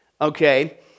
okay